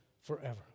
forever